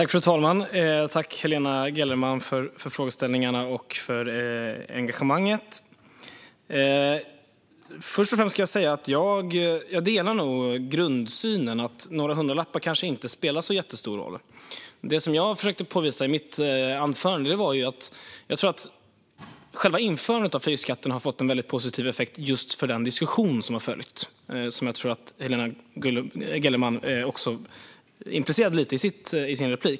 Fru talman! Tack, Helena Gellerman, för frågorna och engagemanget! Jag delar grundsynen att några hundralappar kanske inte spelar en så stor roll. Det jag försökte påvisa i mitt anförande var att själva införandet av flygskatten har fått en positiv effekt just för den diskussion som har följt, som Helena Gellerman implicit tog upp i sin replik.